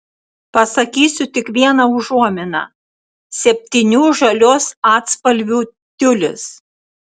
pasakysiu tik vieną užuominą septynių žalios atspalvių tiulis